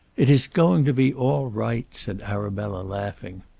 it is going to be all right, said arabella laughing.